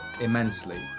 immensely